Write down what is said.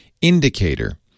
indicator